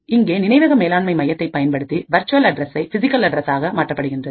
இங்கே நினைவக மேலாண்மை மையத்தை பயன்படுத்தி வர்ச்சுவல்அட்ரசை பிசிகல் அட்ரசாக மாற்றப்படுகின்றது